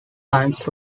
times